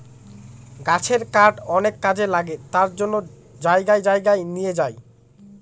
গাছের কাঠ অনেক কাজে লাগে তার জন্য জায়গায় জায়গায় নিয়ে যায়